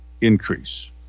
increase